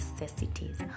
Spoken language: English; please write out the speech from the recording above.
necessities